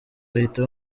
bahita